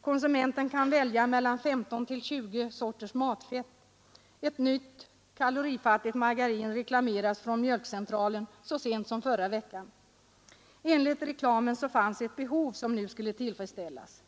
Konsumenten kan välja mellan 15—20 sorters matfett. Ett nytt kalorifattigt margarin gjorde Mjölkcentralen reklam för så sent som i förra veckan. Enligt reklamen fanns ett behov som nu skulle tillfredsställas.